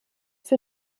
für